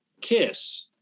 Kiss